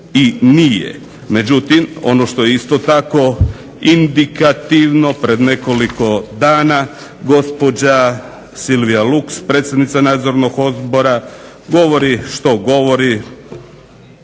i nije. Međutim, ono što isto tako indikativno pred nekoliko dana gospođa Silvija Luks predsjednica nadzornog odbora govori što govori,